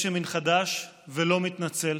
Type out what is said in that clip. יש ימין חדש ולא מתנצל,